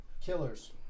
Killers